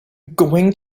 going